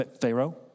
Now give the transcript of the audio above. Pharaoh